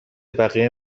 بقیه